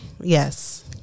Yes